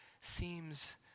seems